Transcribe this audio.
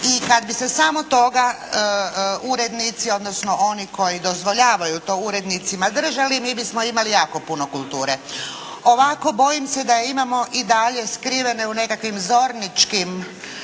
I kad bi se samo toga urednici odnosno oni koji dozvoljavaju to urednicima držali, mi bismo imali jako puno kulture. Ovako boljim se da je imamo i dalje skrivene u nekakvim zorničkim